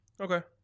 Okay